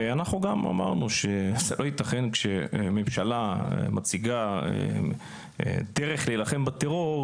אנחנו אמרנו שלא יתכן שכשממשלה מציגה דרך להילחם בטרור,